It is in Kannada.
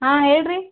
ಹಾಂ ಹೇಳಿ ರಿ